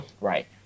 right